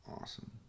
awesome